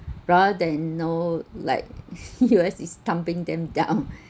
rather than know like U_S is thumping them down